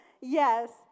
Yes